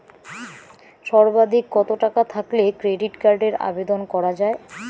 সর্বাধিক কত টাকা থাকলে ক্রেডিট কার্ডের আবেদন করা য়ায়?